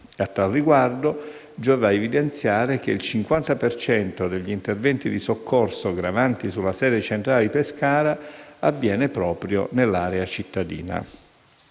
A tal riguardo, giova evidenziare che il 50 per cento degli interventi di soccorso gravanti sulla sede centrale di Pescara avviene proprio nell'area cittadina.